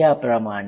याप्रमाणे